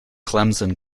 clemson